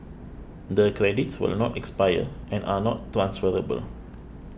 the credits will not expire and are not transferable